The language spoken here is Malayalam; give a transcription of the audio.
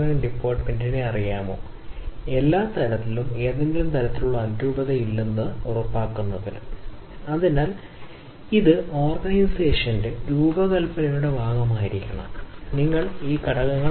അതിനാൽ ടാഗുച്ചി അടിസ്ഥാനപരമായി രൂപകൽപ്പന ചെയ്തതിന്റെ ആദ്യ വക്താവായിരുന്നു ഒരു ഗുണപരമായി നിർമ്മിക്കാൻ കഴിയുക രീതി അല്ലെങ്കിൽ ഗുണപരമായ രീതിയിൽ നിർമ്മിച്ച ഡിസൈൻ ഉൽപ്പന്ന രൂപകൽപ്പനയെ നിങ്ങൾക്ക് വിശ്വസിക്കാം